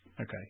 Okay